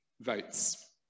votes